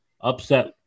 upset